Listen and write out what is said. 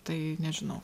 tai nežinau